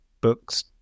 books